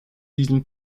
diesem